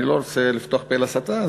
אני לא רוצה לפתוח פה לשטן,